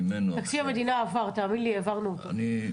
ממנו אפשר --- מירב בן ארי,